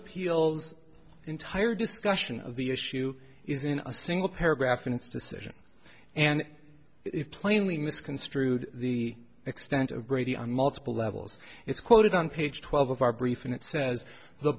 appeals entire discussion of the issue is in a single paragraph in its decision and it plainly misconstrued the extent of brady on multiple levels it's quoted on page twelve of our brief and it says the